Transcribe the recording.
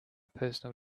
personal